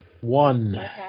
One